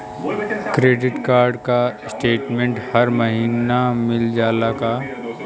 Credit card क statement हर महिना मिल जाला का?